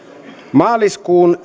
maaliskuun